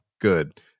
good